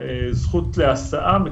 זכות להסעה.